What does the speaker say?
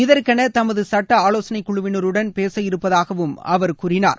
இதற்கென தமது சுட்ட ஆலோசனைக் குழுவினருடன் பேச இருப்பதாக அவர் கூறினார்